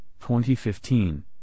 2015